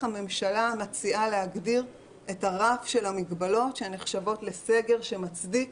הממשלה מציעה להגדיר את הרף של המגבלות שנחשבות לסגר שמצדיק